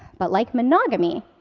but like monogamy,